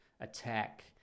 attack